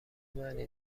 معنی